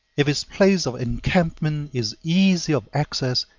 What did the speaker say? if his place of encampment is easy of access,